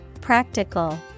practical